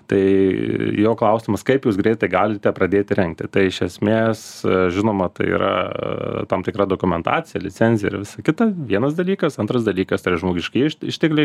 tai jo klausimas kaip jūs greitai galite pradėti rengti tai iš esmės žinoma tai yra tam tikra dokumentacija licenzija ir visa kita vienas dalykas antras dalykas tai yra žmogiškieji iš ištekliai